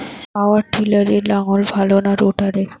পাওয়ার টিলারে লাঙ্গল ভালো না রোটারের?